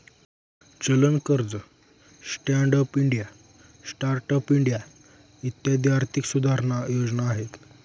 चलन कर्ज, stand up India, start up India इत्यादी आर्थिक सुधारणा योजना आहे